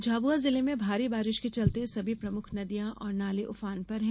झाबुआ जिले में भारी बारिश के चलते सभी प्रमुख नदिया और नाले उफान पर है